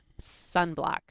sunblock